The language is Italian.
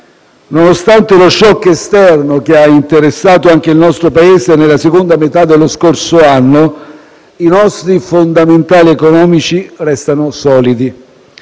Nonostante lo *shock* esterno che ha interessato anche il nostro Paese nella seconda metà dello scorso anno, i nostri fondamentali economici restano solidi.